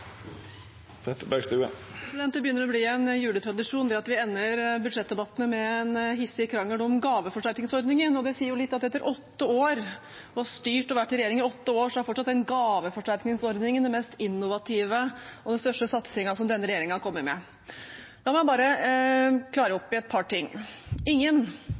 Det begynner å bli en juletradisjon at vi ender budsjettdebattene med en hissig krangel om gaveforsterkningsordningen, og det sier jo litt at etter at denne regjeringen har ha styrt og vært i regjering i åtte år, er fortsatt gaveforsterkningsordningen det mest innovative og den største satsingen den har kommet med. La meg bare klare opp i et par ting: Ingen